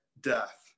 death